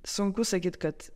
sunku sakyt kad